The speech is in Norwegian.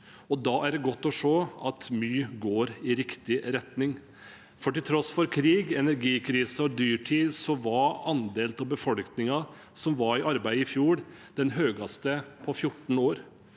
Da er det godt å se at mye går i riktig retning. Til tross for krig, energikrise og dyrtid var andelen av befolkningen som var i arbeid i fjor, den høyeste på 14 år.